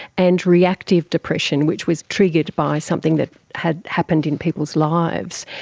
and reactive depression which was triggered by something that had happened in people's lives.